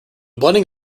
blending